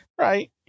Right